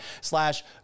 Slash